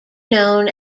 known